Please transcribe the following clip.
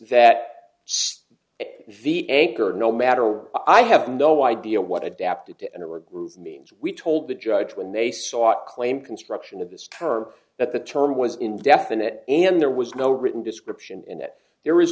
that the anchor no matter how i have no idea what adapted to enter a groove means we told the judge when they sought claim construction of this term that the term was indefinite and there was no written description in it there is